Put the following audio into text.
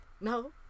no